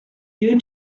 due